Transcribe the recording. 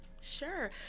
sure